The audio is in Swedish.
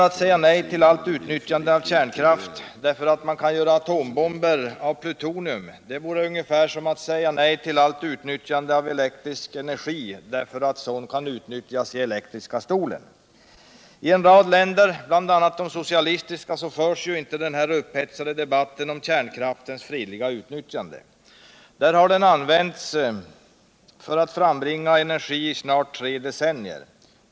Att säga nej till allt utnyttjande av kärnkraft därför at man kan göra atombomber av plutonium vore ungefär som att säga nej till allt utnyttjande av elektrisk energi därför att sådan kan utnyttjas I elektriska stolen. I en rad länder, bl.a. i de socialistiska. förs inte den här upphetsade debatten om kärnkraftens fredliga utnyttjande. Där har kärnkraften använts för att frambringa energi i snart tre decennier.